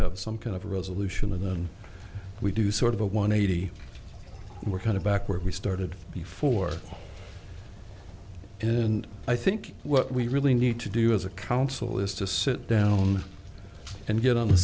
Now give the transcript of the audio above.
have some kind of resolution and then we do sort of a one eighty we're kind of back where we started before and i think what we really need to do as a council is to sit down and get on the